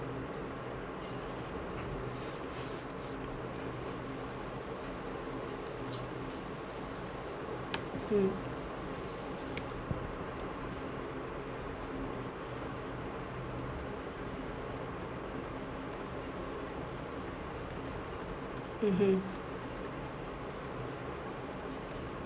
mm mmhmm